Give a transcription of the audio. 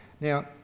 Now